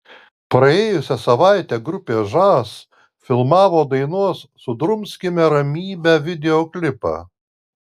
praėjusią savaitę grupė žas filmavo dainos sudrumskime ramybę videoklipą